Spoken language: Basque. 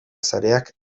sareak